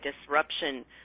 disruption